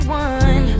one